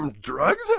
Drugs